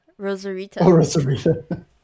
Rosarita